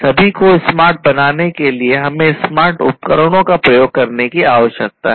सभी को स्मार्ट बनाने के लिए हमें स्मार्ट उपकरणों का उपयोग करने की आवश्यकता है